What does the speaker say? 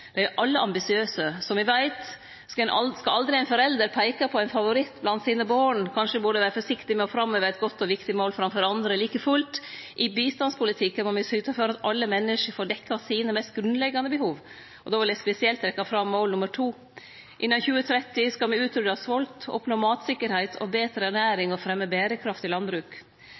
dei er alle ambisiøse. Som me veit, skal aldri ein forelder peike på ein favoritt blant sine barn. Kanskje burde me vere forsiktige med å framheve eit godt og viktig mål framfor andre. Like fullt må me i bistandspolitikken syte for at alle menneske får dekt sine mest grunnleggjande behov. Då vil eg spesielt trekkje fram mål nr. 2: Innan 2030 skal me utrydde svolt, oppnå matsikkerheit og betre ernæring, og fremje berekraftig landbruk.